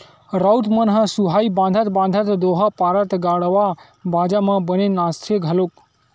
राउत मन ह सुहाई बंधात बंधात दोहा पारत गड़वा बाजा म बने नाचथे घलोक